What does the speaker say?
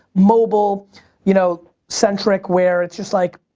mobile you know centric where it's just like,